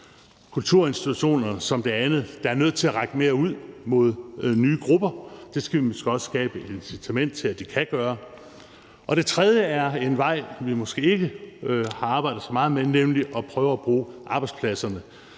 kulturinstitutionerne er nødt til at række mere ud mod nye grupper. Det skal vi måske også skabe et incitament til at de kan gøre. Den tredje vej er en, vi måske ikke har arbejdet så meget med, nemlig at prøve at bruge arbejdspladserne